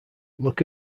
look